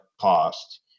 cost